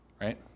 Right